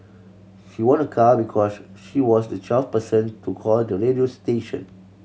she won a car because she was the twelfth person to call the radio station